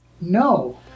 No